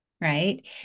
right